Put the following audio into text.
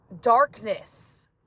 darkness